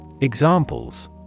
Examples